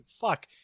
Fuck